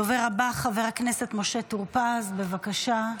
הדובר הבא, חבר הכנסת משה טור פז, בבקשה.